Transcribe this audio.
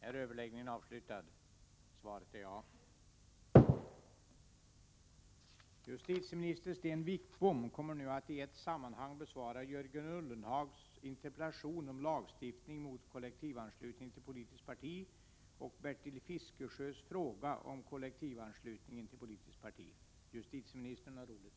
Den socialdemokratiska partikongressen har nyligen trots stark kritik beslutat att fortsätta med kollektivanslutningen av medlemmar till det socialdemokratiska partiet. Statsrådet Carlsson har i olika sammanhang betonat värdet av ökad frihet för den enskilde individen. Anser statsrådet att kollektiv anslutning av partimedlemmar är förenlig med friheten för den enskilde att själv välja politiskt parti och med det integritetsskydd som bör finnas för den enskilde i en politisk demokrati?